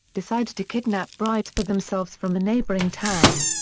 decide to kidnap brides for themselves from the neighboring town.